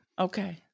Okay